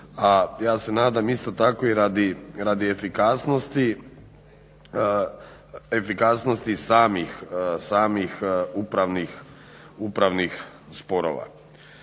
a ja se nadam isto tako i radi efikasnosti samih upravnih sporova.